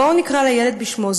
בואו נקרא לילד בשמו,